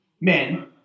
men